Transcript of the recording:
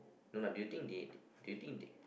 no lah do you think they do you think they